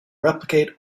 replicate